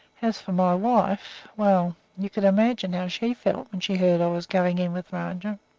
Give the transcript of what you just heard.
as for my wife well, you can imagine how she felt when she heard i was going in with rajah.